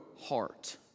heart